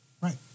Right